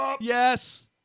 Yes